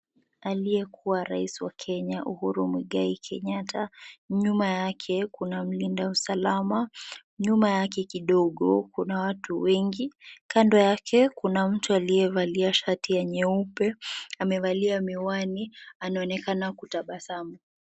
Aliyekuwa raisi wa Kenya, Uhuru Muigai Kenyatta. Nyuma yake kuna mlinda usalama, nyuma yake kidogo kuna watu wengi. Kando yake kuna mtu aliyevalia shati ya nyeupe, amevalia miwani, anaonekana kutabasamu.